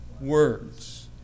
words